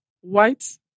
White